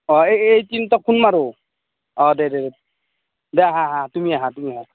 অ' এই এই তিনিটাক ফোন মাৰোঁ অ' দে দে দে আহা আহা তুমি আহা তুমি আহা